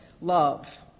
love